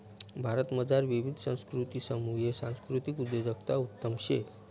भारतमझार विविध संस्कृतीसमुये सांस्कृतिक उद्योजकता उत्तम शे